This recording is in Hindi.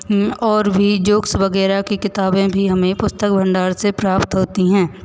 और भी जोक्स वगैरह की किताबें भी हमें पुस्तक भंडार से प्राप्त होती हैं